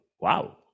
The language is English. wow